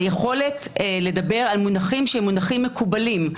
היכולת לדבר על מונחים שהם מונחים מקובלים,